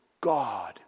God